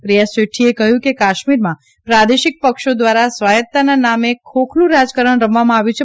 પ્રિયા શેઠીએ કહ્યું કે કાશ્મીરમાં પ્રાદેશિક પક્ષો દ્વારા સવાયતત્તાના નામે ખોખલું રાજકારણ રમવામાં આવ્યું છે